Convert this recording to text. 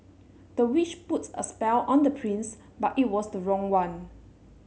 the witch put a spell on the prince but it was the wrong one